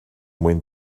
mwyn